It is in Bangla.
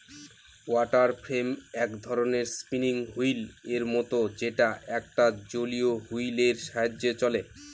ওয়াটার ফ্রেম এক ধরনের স্পিনিং হুইল এর মত যেটা একটা জলীয় হুইল এর সাহায্যে চলে